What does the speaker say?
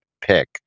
pick